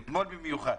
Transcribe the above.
אתמול במיוחד.